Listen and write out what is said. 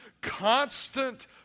constant